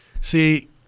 See